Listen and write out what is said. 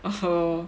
oh